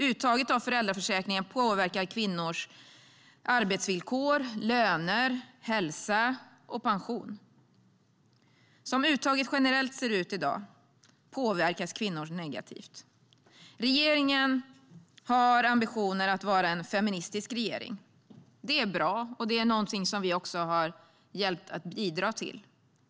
Uttaget av föräldraförsäkringen påverkar kvinnors arbetsvillkor, löner, hälsa och pension. Som uttaget generellt ser ut i dag påverkas kvinnor negativt. Regeringen har ambitioner att vara en feministisk regering. Det är bra och något vi har bidragit till.